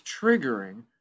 triggering